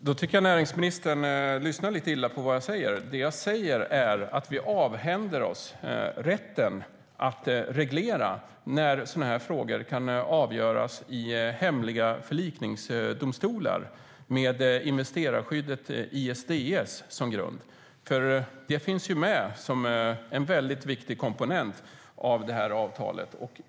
Herr talman! Jag tycker att näringsministern lyssnar lite illa på vad jag säger. Det jag säger är att vi avhänder oss rätten att reglera när sådana här frågor kan avgöras i hemliga förlikningsdomstolar med investerarskyddet ISDS som grund. Det finns med som en viktig komponent i det här avtalet.